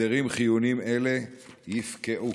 הסדרים חיוניים אלה יפקעו.